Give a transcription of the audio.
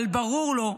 אבל ברור לו,